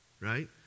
right